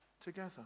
together